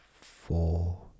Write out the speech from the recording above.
Four